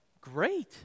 great